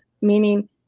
meaning